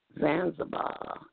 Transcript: Zanzibar